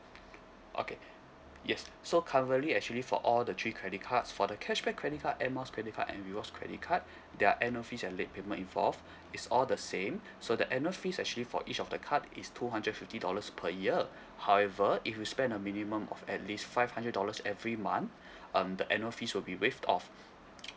okay yes so currently actually for all the three credit cards for the cashback credit card Air Miles credit card and rewards credit card there are annual fees and late payment involve it's all the same so the annual fees actually for each of the card is two hundred fifty dollars per year however if you spend a minimum of at least five hundred dollars every month um the annual fees will be waived off